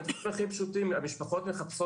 המשפחות מחפשות